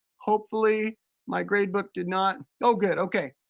hopefully my grade book did not, oh, good, okay.